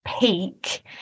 peak